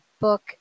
book